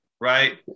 right